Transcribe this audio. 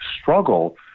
struggle